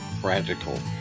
Practical